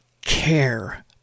care